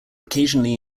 occasionally